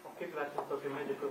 o kaip vertinat tokį mediko